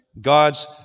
God's